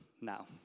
now